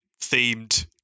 themed